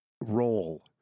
roll